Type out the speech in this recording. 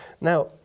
Now